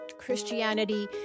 Christianity